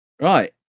Right